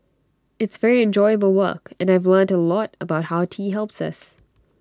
it's very enjoyable work and I've learnt A lot about how tea helps us